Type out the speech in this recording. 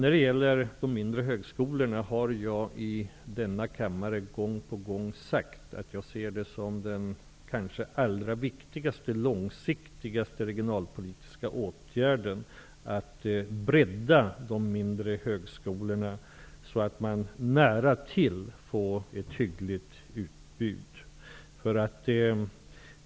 När det gäller de mindre högskolorna har jag i denna kammare gång på gång sagt att jag ser det som den allra viktigaste långsiktiga regionalpolitiska åtgärden att bredda de mindre högskolornas utbud.